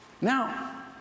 Now